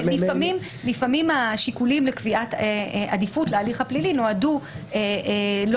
לפעמים השיקולים לקביעת עדיפות להליך הפלילי נועדו לא